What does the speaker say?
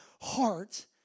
heart